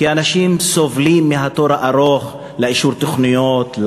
כי אנשים סובלים מהתור הארוך לאישור תוכניות,